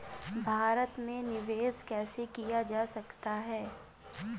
भारत में निवेश कैसे किया जा सकता है?